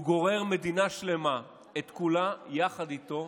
הוא גורר מדינה שלמה, את כולה יחד איתו,